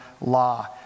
law